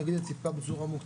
אני אגיד את זה טיפה בצורה מותרת,